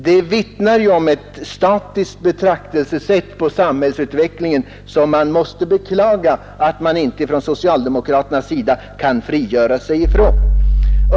Det vittnar om ett statiskt sätt att betrakta samhällsutvecklingen, och man måste beklaga att socialdemokraterna inte kan frigöra sig från det.